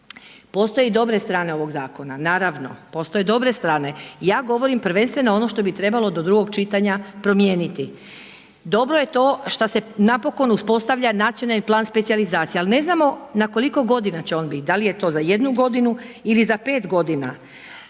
Postoje dobre strane ovoga zakona. Naravno, postoje dobre strane. Ja govorim prvenstveno ono što bi trebalo do drugog čitanja promijeniti. Dobro je to što se napokon uspostavlja nacionalni plan specijalizacije, ali ne znamo na koliko godina će on bit, da li je to za jednu godinu ili za pet godina.